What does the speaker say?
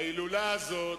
ההילולה הזאת,